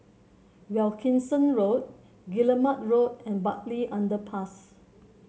Wilkinson Road Guillemard Road and Bartley Underpass